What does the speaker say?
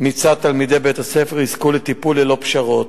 מצד תלמידי בית-הספר יזכו לטיפול ללא פשרות.